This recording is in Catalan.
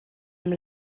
amb